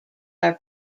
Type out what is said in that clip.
are